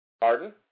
Pardon